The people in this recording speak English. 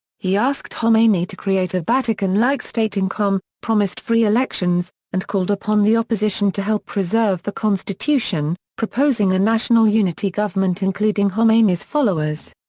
he asked khomeini to create a vatican-like state in qom, promised free elections, and called upon the opposition to help preserve the constitution, proposing a national unity government including khomeini's followers.